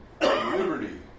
Liberty